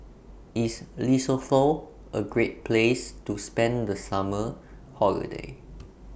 IS Lesotho A Great Place to spend The Summer Holiday